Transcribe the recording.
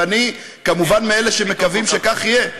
ואני כמובן מאלה שמקווים שכך יהיה,